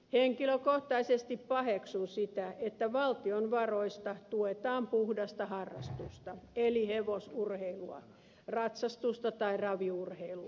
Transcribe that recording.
henkilökohtaisesti paheksun sitä että valtion varoista tuetaan puhdasta harrastusta eli hevosurheilua ratsastusta tai raviurheilua